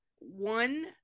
one